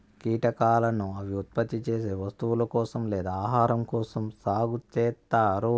కీటకాలను అవి ఉత్పత్తి చేసే వస్తువుల కోసం లేదా ఆహారం కోసం సాగు చేత్తారు